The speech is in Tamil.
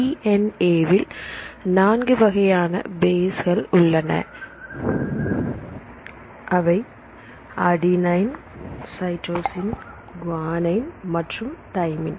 டி என் ஏ வில் நான்கு வகையான பேஸ்கல் உள்ளன அவை அடிநின் சைடுசீன் குவானின் மற்றும் தைமின்